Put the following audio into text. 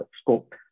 scope